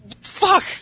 Fuck